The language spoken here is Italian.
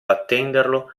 attenderlo